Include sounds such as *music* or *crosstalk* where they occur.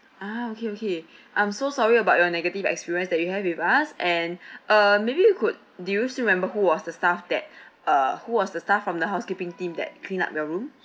ah okay okay *breath* I'm so sorry about your negative experience that you have with us and *breath* uh maybe you could do you still remember who was the staff that *breath* uh who was the staff from the housekeeping team that cleaned up your room